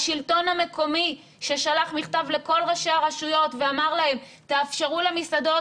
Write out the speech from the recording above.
השלטון המקומי ששלח מכתב לכל ראשי הרשויות ואמר להם: תאפשרו למסעדות